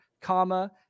comma